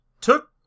took